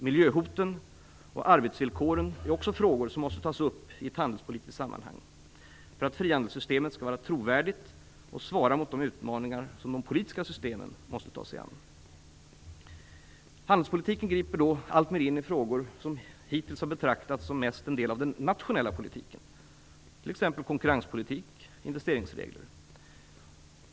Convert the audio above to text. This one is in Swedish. Miljöhoten och arbetsvillkoren är också frågor som måste tas upp i ett handelspolitiskt sammanhang för att frihandelssystemet skall vara trovärdigt, och svara mot de utmaningar som de politiska systemen måste ta sig an. Handelspolitiken griper allt mer in i frågor som hittills mest har betraktats som en del av den nationella politiken, t.ex. konkurrenspolitik och investeringsregler.